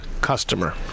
customer